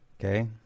okay